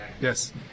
Yes